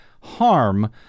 harm